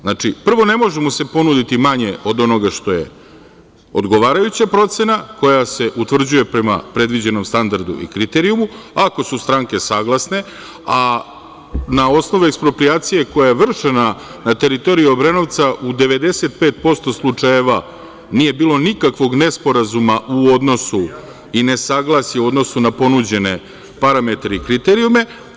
Znači, prvo, ne može mu se ponuditi manje od onoga što je odgovarajuća procena koja se utvrđuje prema predviđenom standardu i kriterijumu, ako su stranke saglasne, a na osnovu eksproprijacije koja je vršena na teritoriji Obrenovca u 95% slučajeva nije bilo nikakvog nesporazuma u odnosu i ne saglasi u odnosu na ponuđene parametre i kriterijume.